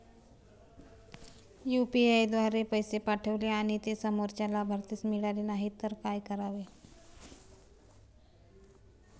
UPI द्वारे पैसे पाठवले आणि ते समोरच्या लाभार्थीस मिळाले नाही तर काय करावे?